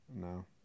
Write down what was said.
No